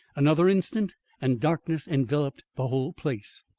another instant and darkness enveloped the whole place.